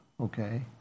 okay